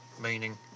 Meaning